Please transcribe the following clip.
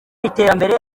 iterambere